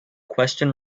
question